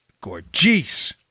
gorgeous